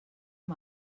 amb